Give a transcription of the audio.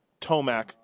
Tomac